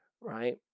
right